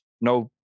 no